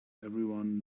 everyone